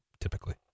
typically